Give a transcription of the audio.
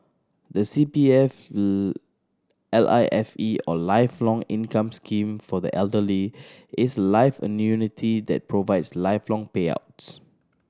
the C P F L I F E or Lifelong Income Scheme for the elderly is a life annuity that provides lifelong payouts